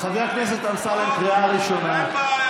חבר הכנסת אמסלם, קריאה ראשונה.